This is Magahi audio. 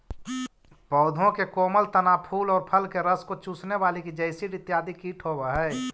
पौधों के कोमल तना, फूल और फल के रस को चूसने वाले की जैसिड इत्यादि कीट होवअ हई